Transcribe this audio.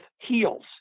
heels